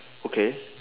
okay